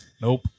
Nope